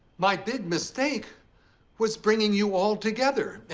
my big mistake was bringing you all together,